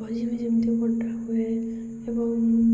ଭୋଜି ବି ଯେମିତି ବଣ୍ଟା ହୁଏ ଏବଂ